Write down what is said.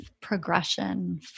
progression